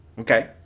Okay